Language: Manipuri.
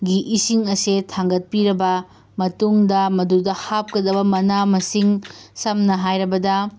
ꯒꯤ ꯏꯁꯤꯡ ꯑꯁꯦ ꯊꯥꯡꯒꯠꯄꯤꯔꯕ ꯃꯇꯨꯡꯗ ꯃꯗꯨꯗ ꯍꯥꯞꯀꯗꯕ ꯃꯅꯥ ꯃꯁꯤꯡ ꯁꯝꯅ ꯍꯥꯏꯔꯕꯗ